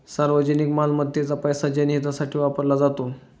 सार्वजनिक मालमत्तेचा पैसा जनहितासाठी वापरला जातो